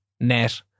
net